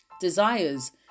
desires